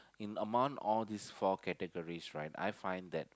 in among all these four categories right I find that